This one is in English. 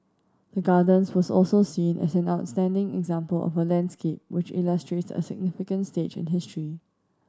the Gardens was also seen as an outstanding example of a landscape which illustrates a significant stage in history